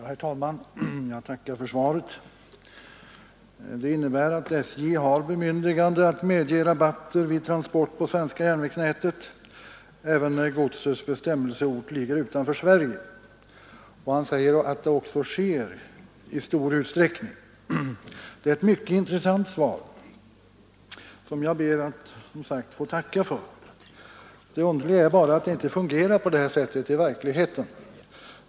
Herr talman! Jag tackar för svaret. Det innebär att SJ har bemyndigande att medge rabatter vid transporter på det svenska järnvägsnätet, även när godsets bestämmelseort ligger utanför Sverige. Statsrådet säger att så också sker i stor utsträckning. Det är ett mycket intressant svar som jag ber att få tacka för. Det underliga är bara att det i verkligheten inte fungerar på detta sätt.